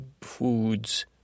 foods